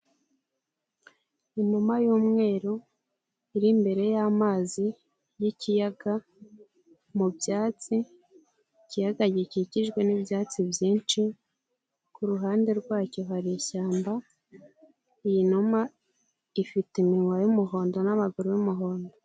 Inuma y'umweru iri imbere y'amazi y'ikiyaga mu byatsi, ikiyaga gikikijwe n'ibyatsi byinshi ku ruhande rwacyo hari ishyamba, iyi numa ifite iminwa y'umuhondo n'amaguru y'umuhondo.